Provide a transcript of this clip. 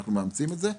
אנחנו מאמצים את זה,